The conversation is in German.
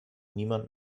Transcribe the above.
niemand